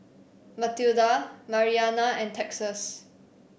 Matilda Mariana and Texas